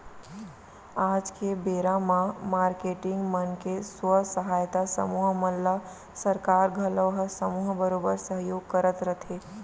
आज के बेरा म मारकेटिंग मन के स्व सहायता समूह मन ल सरकार घलौ ह समूह बरोबर सहयोग करत रथे